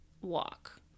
walk